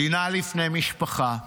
מדינה לפני משפחה,